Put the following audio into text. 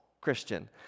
Christian